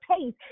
pace